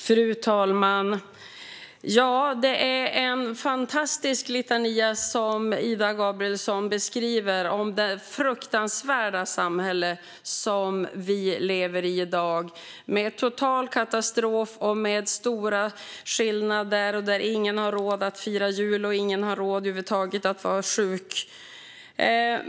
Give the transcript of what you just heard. Fru talman! Det var en fantastisk litania från Ida Gabrielsson om det fruktansvärda samhälle vi lever i. Det är total katastrof och stora skillnader, och ingen har råd att fira jul eller vara sjuk.